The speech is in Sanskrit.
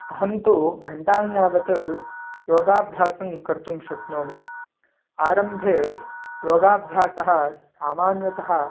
अहं तु घण्टां यावत् योगाभ्यासं कर्तुं शक्नोमि आरम्भे योगाभ्यासः सामान्यतः